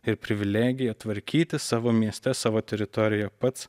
ir privilegiją tvarkytis savo mieste savo teritorijoje pats